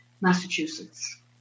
Massachusetts